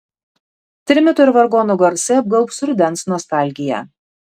trimito ir vargonų garsai apgaubs rudens nostalgija